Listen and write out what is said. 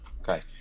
Okay